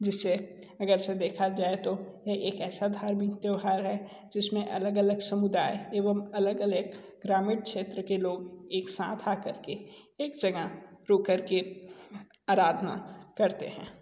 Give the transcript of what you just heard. जिससे अगर से देखा जाए तो यह एक ऐसा धार्मिक त्यौहार है जिसमें अलग अलग समुदाय एवं अलग अलग ग्रामीण क्षेत्र के लोग एक साथ आकर के एक जगह रुक कर के आराधना करते हैं